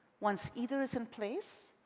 once either is in place,